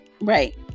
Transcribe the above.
Right